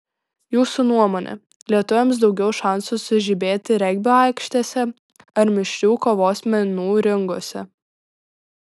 jūsų nuomone lietuviams daugiau šansų sužibėti regbio aikštėse ar mišrių kovos menų ringuose